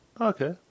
Okay